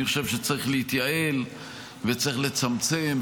אני חושב שצריך להתייעל וצריך לצמצם,